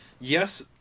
yes